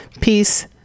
peace